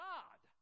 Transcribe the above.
God